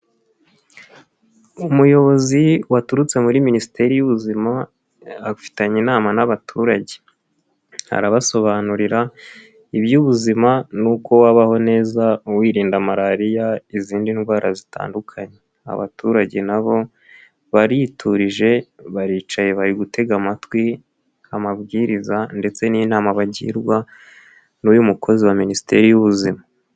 Umuyobozi waturutse muri minisiteri y'ubuzima, afitanye inama n'abaturage arabasobanurira iby'ubuzima, n'uko wabahoho neza uwirinda malariya, izindi ndwara zitandukanye abaturage nabo bariturije baricaye bari gutega amatwi amabwiriza, ndetse n'inama bagirwa n'uyu mukozi wa Minisiteri y'Ubuzima.